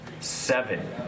Seven